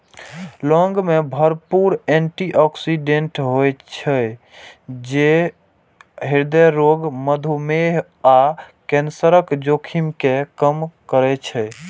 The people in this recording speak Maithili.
लौंग मे भरपूर एटी ऑक्सिडेंट होइ छै, जे हृदय रोग, मधुमेह आ कैंसरक जोखिम कें कम करै छै